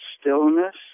stillness